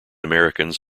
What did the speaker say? americans